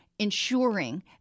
ensuring